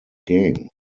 game